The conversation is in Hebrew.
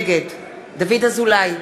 נגד דוד אזולאי,